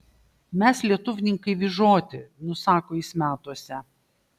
mes lietuvninkai vyžoti nusako jis metuose